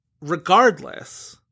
Regardless